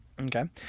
Okay